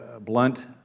blunt